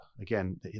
again